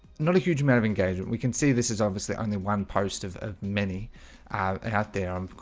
not a huge amount of engagement we can see this is obviously only one post of ah many out there, um